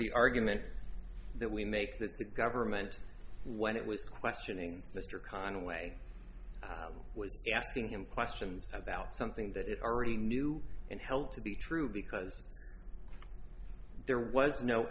the argument that we make that the government when it was questioning mr conway was asking him questions about something that it already knew and held to be true because there was no